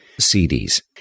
CDs